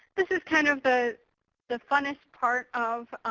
this is kind of the the funnest part of